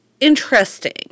interesting